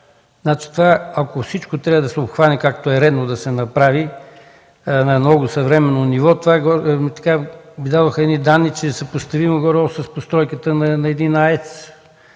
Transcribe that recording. ако всичко трябва да се обхване, както е редно да се направи на едно съвременно ниво, ми дадоха едни данни, че то е съпоставимо горе-долу с постройката на един АЕЦ.